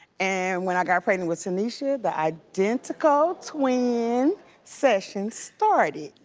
and when i got pregnant with tanisha, the identical twin session started.